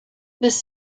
this